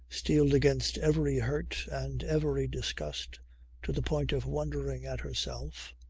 steeled against every hurt and every disgust to the point of wondering at herself,